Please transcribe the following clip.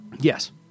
Yes